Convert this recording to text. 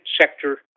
sector